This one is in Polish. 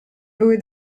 były